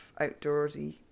outdoorsy